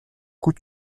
coûte